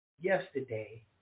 yesterday